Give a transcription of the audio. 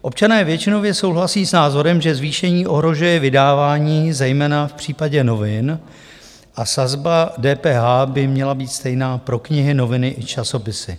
Občané většinově souhlasí s názorem, že zvýšení ohrožuje vydávání zejména v případě novin, a sazba DPH by měla být stejná pro knihy, noviny i časopisy.